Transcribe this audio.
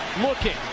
Looking